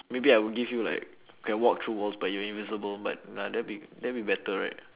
maybe I would give you like I walk through walls but you're invisible but nah that'll be that'll be better right